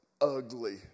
ugly